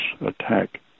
attack